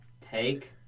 take